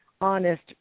honest